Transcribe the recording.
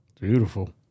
Beautiful